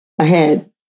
Ahead